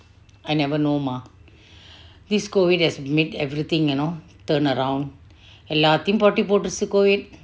I never know mah this COVID has made everything you know turnaround எல்லாத்தியும் பொறுத்தீ போட்டு ரிச்சி:ellattiyum porutti pottu ricci COVID